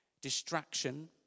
distraction